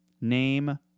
Name